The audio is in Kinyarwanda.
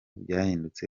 byahindutse